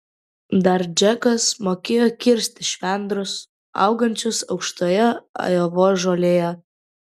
dar džekas mokėjo kirsti švendrus augančius aukštoje ajovos žolėje